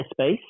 Space